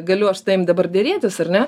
galiu aš su tavim dabar derėtis ar ne